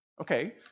Okay